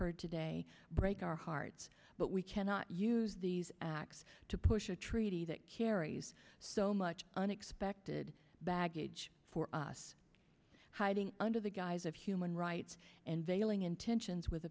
heard today break our hearts but we cannot use these acts to push a treaty that carries so much unexpected baggage for us hiding under the guise of human rights and veiling intentions with